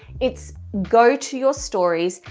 it's go to your stories,